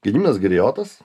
gediminas girijotas